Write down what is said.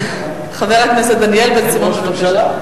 חבר הכנסת דניאל בן-סימון, בבקשה.